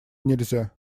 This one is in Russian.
нельзя